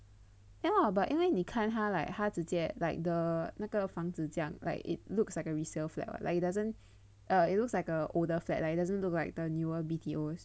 ya lah but 因为你看他 like 他直接 like the 那个房子这样 like it looks like a resale flat [what] like it doesn't it looks like a older flat lah it doesn't look like the newer B_T_Os